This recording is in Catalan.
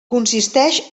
consisteix